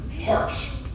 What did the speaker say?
harsh